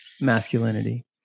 masculinity